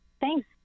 Thanks